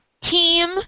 team